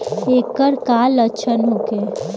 ऐकर का लक्षण होखे?